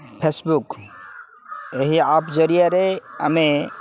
Facebook ଏହି app ଜରିଆରେ ଆମେ